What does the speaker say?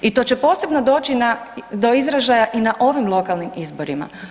I to će posebno doći do izražaja i na ovim lokalnim izborima.